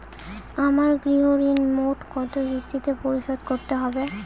আমার গৃহঋণ মোট কত কিস্তিতে পরিশোধ করতে হবে?